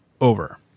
over